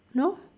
no